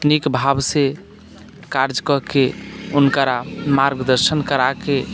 नीक भावसँ कार्य कऽ के हुनकरा मार्गदर्शन करा कऽ